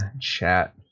chat